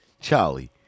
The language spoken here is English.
Charlie